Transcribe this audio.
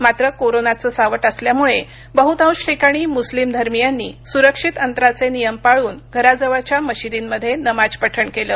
मात्र कोरोनाचं सावट असल्यामुळे बहुतांश ठिकाणी मुस्लिम धर्मीयांनी सुरक्षित अंतराचे नियम पाळून घराजवळच्या मशिदींमध्ये नमाज पठण केलं